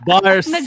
Bars